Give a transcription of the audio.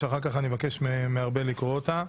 שאחר כך אני אבקש מארבל לקרוא אותה.